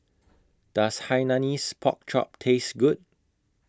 Does Hainanese Pork Chop Taste Good